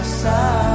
side